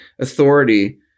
authority